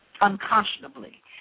unconscionably